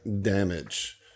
damage